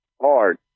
hard